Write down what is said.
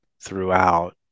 throughout